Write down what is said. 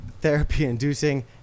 therapy-inducing